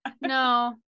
No